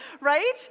right